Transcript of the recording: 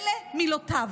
אלה מילותיו,